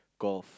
golf